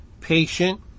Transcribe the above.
patient